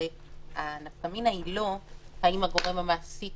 הרי הנפקא מינא היא לא האם הגורם המעסיק